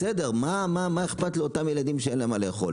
בסדר, מה אכפת להם מאותם ילדים שאין להם מה לאכול.